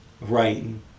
writing